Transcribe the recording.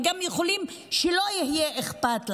ואפשר גם שלא יהיה אכפת להם.